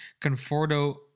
Conforto